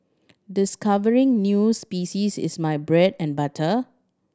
discovering new species is my bread and butter